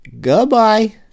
Goodbye